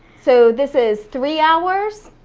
so this is three hours,